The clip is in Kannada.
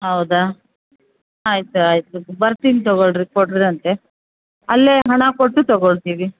ಹೌದಾ ಆಯಿತು ಆಯಿತು ಬರ್ತಿನಿ ತಗೊಳ್ಳಿರಿ ಕೊಡಿರಿ ಅಂತೆ ಅಲ್ಲೇ ಹಣ ಕೊಟ್ಟು ತಗೋಳ್ತಿವಿ